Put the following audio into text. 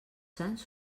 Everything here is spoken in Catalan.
sants